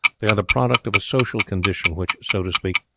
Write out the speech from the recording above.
they are the product of a social condition which, so to speak,